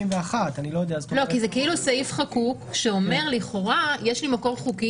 31. זה כאילו סעיף חקוק שאומר שלכאורה יש לי מקור חוקי